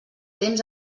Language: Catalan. temps